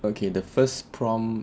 okay the first prompt